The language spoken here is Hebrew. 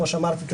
כמו שאמרתי,